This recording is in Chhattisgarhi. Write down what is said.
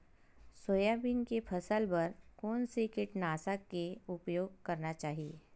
सोयाबीन के फसल बर कोन से कीटनाशक के उपयोग करना चाहि?